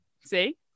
see